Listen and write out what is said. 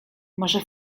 może